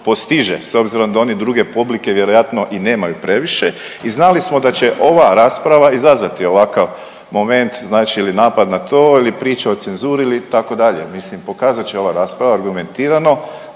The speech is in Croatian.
postiže s obzirom da oni druge publike vjerojatno i nemaju previše. I znali smo da će ova rasprava izazvati ovakav moment znači ili napad na to ili priča o cenzuri itd., mislim pokazat će ova rasprava argumentirano